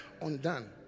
undone